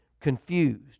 confused